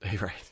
Right